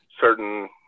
Certain